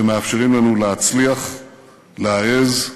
שמאפשרים לנו להצליח, להעז,